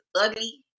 ugly